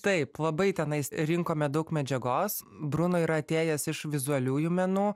taip labai tenais rinkome daug medžiagos bruno yra atėjęs iš vizualiųjų menų